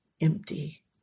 empty